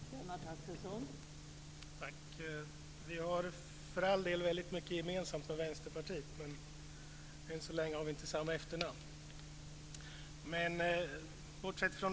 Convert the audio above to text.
Fru talman! Vi har för all del mycket gemensamt med Vänsterpartiet, men än så länge har vi inte samma efternamn.